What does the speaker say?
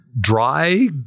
dry